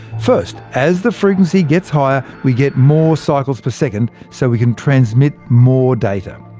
first, as the frequency gets higher, we get more cycles per second, so we can transmit more data.